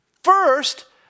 First